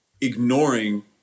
ignoring